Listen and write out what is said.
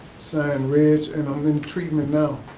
sand ridge and i'm in treatment now.